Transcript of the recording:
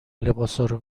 لباسارو